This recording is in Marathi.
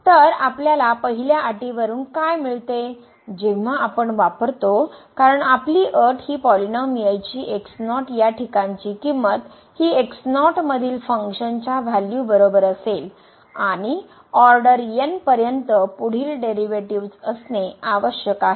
तर आपल्याला पहिल्या अटीवरून काय मिळते जेव्हा आपण वापरतो कारण आपली अट हि पॉलिनोमिअलची x0 या ठिकाणची किंमत हि x0 मधील फंक्शनच्या व्हॅल्यू बरोबर असेल आणि ऑर्डर n पर्यंत पुढील डेरिव्हेटिव्हज असणे आवश्यक आहे